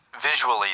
visually